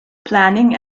planning